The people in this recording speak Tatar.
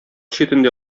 читендә